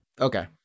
Okay